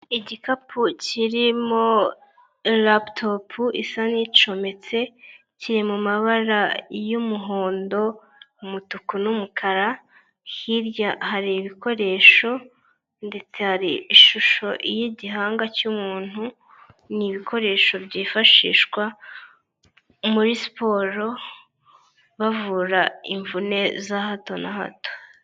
Igikapu kirimo laputopu isa n'icometse, kiri mu mabara y'umuhondo, umutuku n'umukara, hirya hari ibikoresho ndetse hari ishusho y'igihanga cy'umuntu, ni ibikoresho byifashishwa muri siporo bavura imvune za hato na hato.